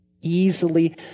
easily